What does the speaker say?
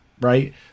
right